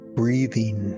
breathing